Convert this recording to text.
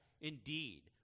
indeed